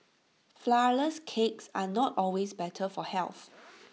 Flourless Cakes are not always better for health